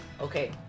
Okay